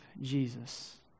Jesus